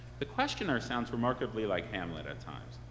the questioner sounds remarkably like hamlet at times.